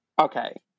Okay